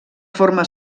forma